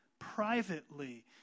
privately